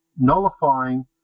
nullifying